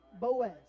Boaz